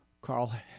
Carl